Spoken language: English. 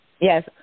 Yes